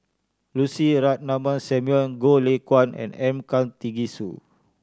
Lucy Ratnammah Samuel Goh Lay Kuan and M Karthigesu